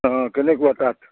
অঁ কেনেকুৱা তাত